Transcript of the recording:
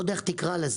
לא יודע איך תקרא לזה,